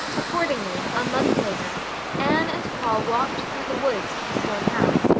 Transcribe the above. accordingly, a month later anne and paul walked through the woods to the stone house,